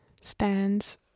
stands